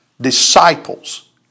Disciples